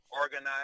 organize